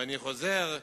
אני חוזר,